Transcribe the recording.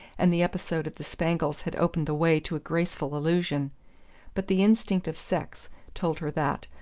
and the episode of the spangles had opened the way to a graceful allusion but the instinct of sex told her that,